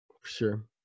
Sure